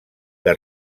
que